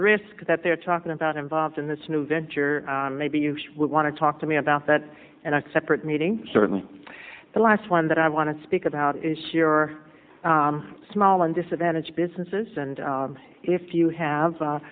risk that they're talking about involved in this new venture maybe you would want to talk to me about that and i separate meeting certainly the last one that i want to speak about is here are small and disadvantaged businesses and if you have a